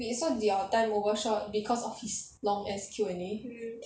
wait so did your time overshoot because of his long ass Q&A